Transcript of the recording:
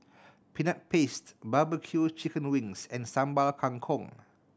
Peanut Paste barbecue chicken wings and Sambal Kangkong